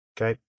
Okay